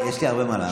יש לי הרבה מה לענות,